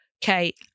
Kate